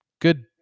good